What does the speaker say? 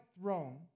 throne